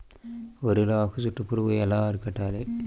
వరిలో ఆకు చుట్టూ పురుగు ఎలా అరికట్టాలి?